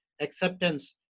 acceptance